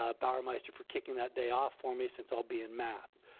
ah bauermeister for kicking that day off for me since i'll be in math